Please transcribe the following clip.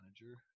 manager